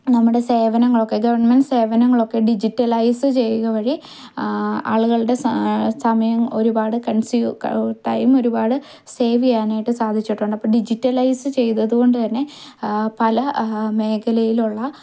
നമ്മുടെ സേവനങ്ങൾക്ക് ഗവൺമെൻറ് സേവനങ്ങൾ ഒക്കെ ഡിജിറ്റലൈസ് ചെയ്യുക വഴി ആളുകളുടെ സമയം ഒരുപാട് കൺസ്യൂം ടൈം ഒരുപാട് സേവ് ചെയ്യാനായിട്ട് സാധിച്ചിട്ടുള്ള ഡിജിറ്റലൈസ് ചെയ്തതുകൊണ്ട് തന്നെ പല മേഖലയിലുള്ള